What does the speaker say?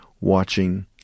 watching